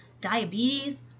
diabetes